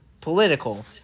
political